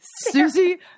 Susie